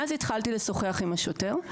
ואז, התחלתי לשוחח עם השוטר.